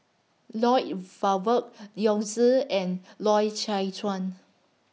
Lloyd Valberg Yao Zi and Loy Chye Chuan